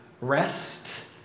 rest